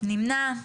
מי נמנע?